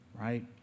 right